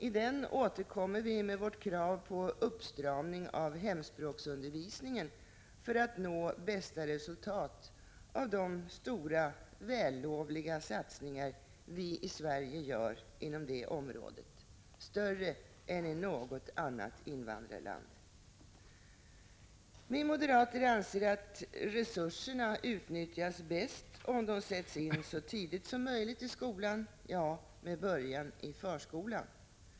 I denna återkommer vi med vårt krav på uppstramning av hemspråksundervisningen för att nå bästa resultat av de stora vällovliga satsningar vi i Sverige gör inom det området — större än i något annat invandrarland. Vi moderater anser att resurserna utnyttjas bäst om de sätts in så tidigt som möjligt i skolan — ja, med början i förskolan.